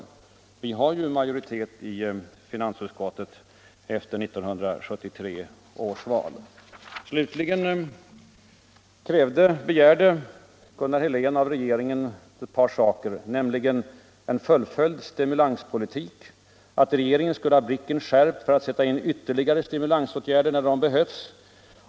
De borgerliga har ju majoritet i finansutskottet efter 1973 års val. Slutligen begärde Gunnar Helén ett par saker av regeringen, nämligen en fullföljd stimulanspolitik och att regeringen skall ha blicken skärpt för att sätta in ytterligare stimulansåtgärder när sådana behövs.